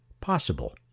possible